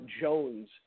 Jones